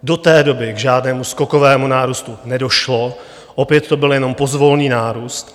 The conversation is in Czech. Do té doby k žádnému skokovému nárůstu nedošlo, opět to byl jen pozvolný nárůst.